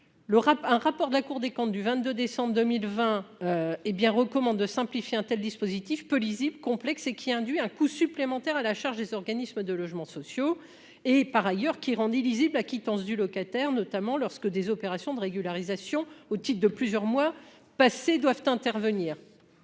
un rapport de la Cour des comptes du 22 décembre 2020, hé bien recommande de simplifier un tel dispositif peut lisible complexe et qui induit un coût supplémentaire à la charge des organismes de logements sociaux et par ailleurs qui rendent illisible la quittance du locataire, notamment lorsque des opérations de régularisation au type de plusieurs mois passés doivent intervenir,